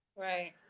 Right